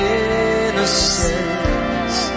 innocence